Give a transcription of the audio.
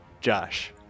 Josh